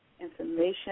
information